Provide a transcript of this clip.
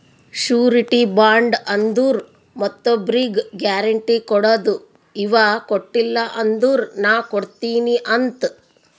surety bond ಅಂದುರ್ ಮತ್ತೊಬ್ರಿಗ್ guarantee ಕೊಡದು ಇವಾ ಕೊಟ್ಟಿಲ ಅಂದುರ್ ನಾ ಕೊಡ್ತೀನಿ ಅಂತ್